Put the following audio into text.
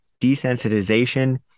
desensitization